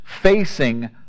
facing